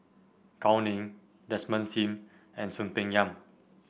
Gao Ning Desmond Sim and Soon Peng Yam